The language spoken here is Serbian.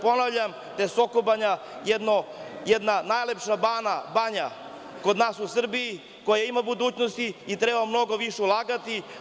Ponavljam da je Sokobanja jedna od najlepših banja u Srbiji koja ima budućnosti i treba mnogo više ulagati.